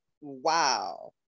Wow